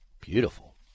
Beautiful